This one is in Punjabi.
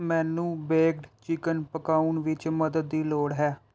ਮੈਨੂੰ ਬੇਕਡ ਚਿਕਨ ਪਕਾਉਣ ਵਿੱਚ ਮਦਦ ਦੀ ਲੋੜ ਹੈ